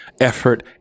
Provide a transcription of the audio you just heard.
effort